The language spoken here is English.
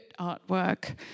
artwork